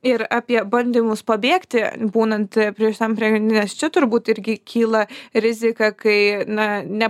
ir apie bandymus pabėgti būnant pririštam prie grandinės čia turbūt irgi kyla rizika kai na ne